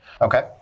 Okay